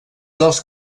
dels